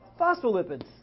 phospholipids